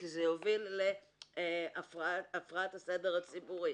כי זה יוביל להפרעת הסדר הציבורי.